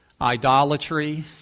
idolatry